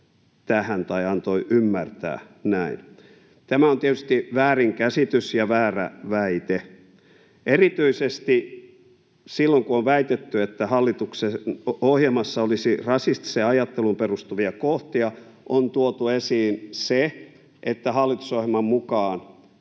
Tämä on tietysti väärinkäsitys ja väärä väite. Erityisesti silloin, kun on väitetty, että hallituksen ohjelmassa olisi rasistiseen ajatteluun perustuvia kohtia, on tuotu esiin se, että hallitusohjelman mukaan